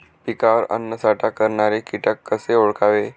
पिकावर अन्नसाठा करणारे किटक कसे ओळखावे?